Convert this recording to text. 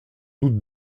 doute